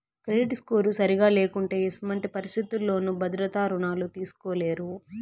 credit score సరిగా లేకుంటే ఎసుమంటి పరిస్థితుల్లోనూ భద్రత రుణాలు తీస్కోలేరు